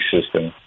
system